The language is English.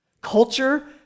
culture